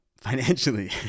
financially